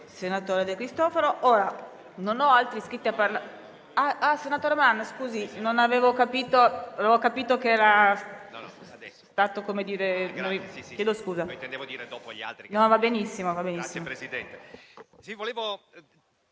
senatore De Cristofaro,